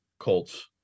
Colts